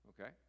Okay